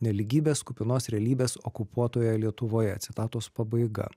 nelygybės kupinos realybės okupuotoje lietuvoje citatos pabaiga